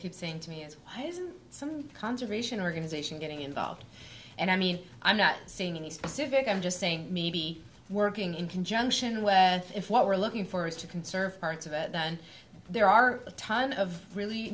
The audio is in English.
keep saying to me is why isn't some conservation organization getting involved and i mean i'm not seeing any specific i'm just saying maybe working in conjunction with that if what we're looking for is to conserve parts of it and there are a ton of really